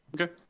Okay